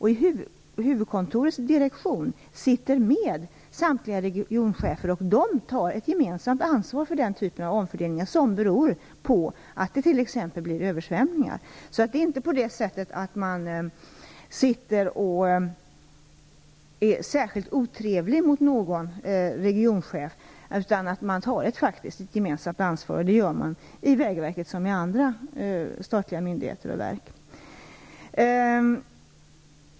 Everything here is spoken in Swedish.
I huvudkontorets direktion sitter samtliga regionchefer med. De tar ett gemensamt ansvar för den typen av omfördelningar som beror på t.ex. översvämningar. Det är inte så att man är särskilt otrevlig mot någon regionchef, utan man tar ett gemensamt ansvar såväl i Vägverket som i andra statliga myndigheter och verk.